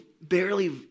barely